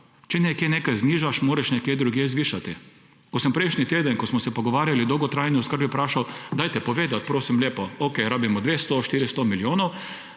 če nekje nekaj znižaš, moraš nekje drugje zvišati. Ko sem prejšnji teden, ko smo se pogovarjali o dolgotrajni oskrbi, vprašal, dajte povedati, prosim lepo, okej, rabimo 200, 400 milijonov,